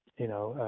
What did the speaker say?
you know,